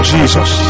Jesus